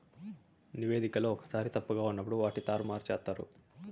నివేదికలో ఒక్కోసారి తప్పుగా ఉన్నప్పుడు వాటిని తారుమారు చేత్తారు